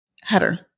Header